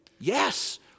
Yes